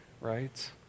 right